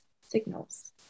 signals